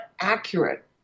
accurate